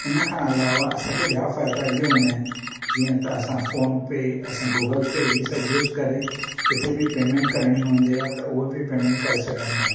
हिन खां अलावा असां खे ॿिया फ़ाइदा इहे हूंदा आहिनि जीअं त असां फ़ोन पे असां गूगल पे इहे सभु यूस करे किथे बि पेमेन्ट करणी हूंदी आहे त हूअ बि पेमेन्ट करे सघंदा आहियूं